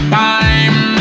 time